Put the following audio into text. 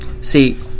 see